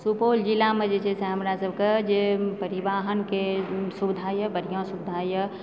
सुपौल जिलामे जे छै से हमरासबकेँ जे परिवाहनकेंँ सुविधा यऽ बढ़िआँ सुविधा यऽ